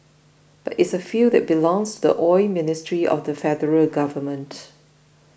but it's a field that belongs to the Oil Ministry of the Federal Government